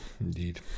indeed